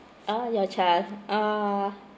oh your child oh